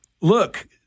look